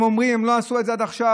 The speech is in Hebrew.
הם אומרים שהם לא עשו את זה עד עכשיו,